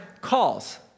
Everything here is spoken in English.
calls